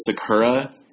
Sakura